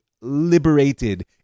liberated